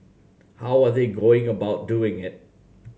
how are they going about doing it